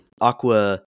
Aqua